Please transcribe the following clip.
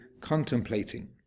contemplating